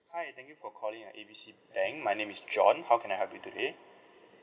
hi thank you for calling uh A B C bank my name is john how can I help you today